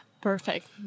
Perfect